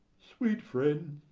sweet friends,